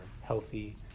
healthy